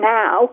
now